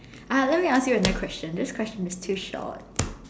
ah let me ask you another question this question is too short